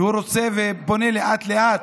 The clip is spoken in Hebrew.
והוא בונה לאט-לאט,